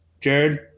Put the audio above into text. Jared